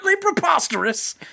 preposterous